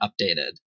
updated